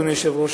אדוני היושב-ראש,